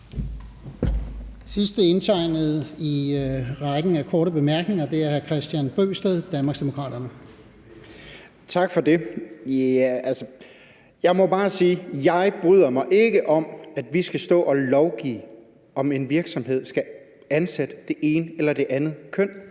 sidste indtegnede i rækken af korte bemærkninger er hr. Kristian Bøgsted, Danmarksdemokraterne. Kl. 13:50 Kristian Bøgsted (DD): Tak for det. Jeg må bare sige, at jeg bryder mig ikke om, at vi skal stå og lovgive om, at en virksomhed skal ansætte det ene eller det andet køn,